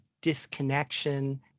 disconnection